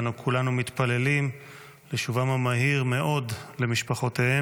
ואנחנו כולנו מתפללים לשובם המהיר מאוד למשפחותיהם.